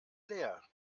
leer